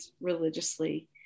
religiously